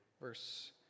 verse